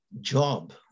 job